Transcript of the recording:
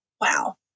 Wow